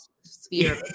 sphere